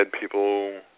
people